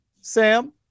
Sam